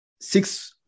Six